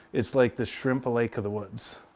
it's like the shrimp lake of the woods.